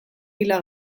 pila